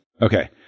Okay